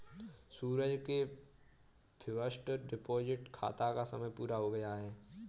सूरज के fixed deposit खाता का समय पूरा हो गया है